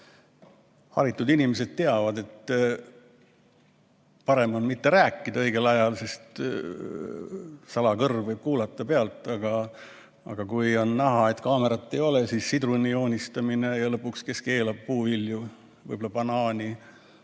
haritud inimesed teavad, et parem on mitte rääkida õigel ajal, sest salakõrv võib pealt kuulata. Aga kui on näha, et kaamerat ei ole, siis sidruni joonistamine ja lõpuks, kes keelab puuvilju, võib-olla banaani,